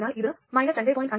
അതിനാൽ ഇത് 2